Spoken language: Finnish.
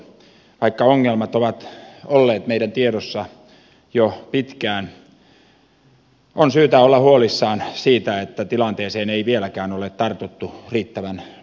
vaikka ongelmat ovat olleet meidän tiedossamme jo pitkään on syytä olla huolissaan siitä että tilanteeseen ei vieläkään ole tartuttu riittävän tehokkaasti